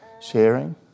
sharing